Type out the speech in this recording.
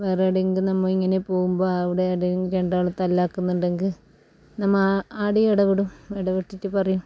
വേറെ എവിടെയെങ്കിലും ഇങ്ങനെ പോകുമ്പം അവിടെ എവിടെയെങ്കിലും രണ്ടാൾ തല്ലാക്കുന്നുണ്ടെങ്കിൽ നമ്മ ആടെ ഇടപെടും ഇടപെട്ടിട്ട് പറയും